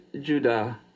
Judah